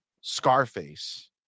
Scarface